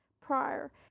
prior